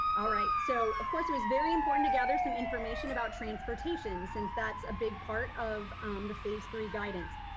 all right, so of course, it was very important to gather some information about transportation since that's a big part of the phase three guidance.